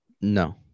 No